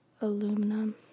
Aluminum